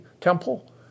Temple